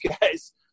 guys